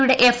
യുടെ എഫ്